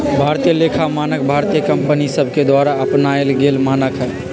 भारतीय लेखा मानक भारतीय कंपनि सभके द्वारा अपनाएल गेल मानक हइ